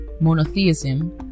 monotheism